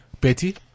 betty